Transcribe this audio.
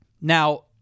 Now